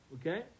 Okay